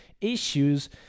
issues